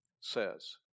says